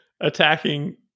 attacking